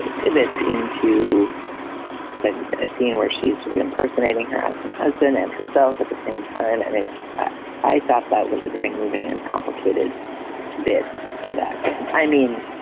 ah pivots into and a scene where she's sort of impersonating her um and husband and herself at the same time. and i i thought that was a very moving and complicated bit of acting i mean,